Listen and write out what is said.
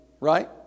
right